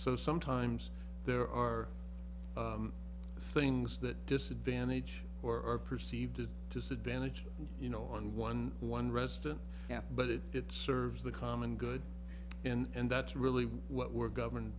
so sometimes there are things that disadvantage or perceived to disadvantage you know on one one resident yeah but if it serves the common good and that's really what we're governed